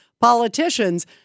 politicians